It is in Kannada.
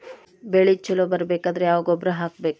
ಬೆಳಿ ಛಲೋ ಬರಬೇಕಾದರ ಯಾವ ಗೊಬ್ಬರ ಹಾಕಬೇಕು?